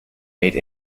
made